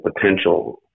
potential